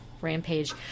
rampage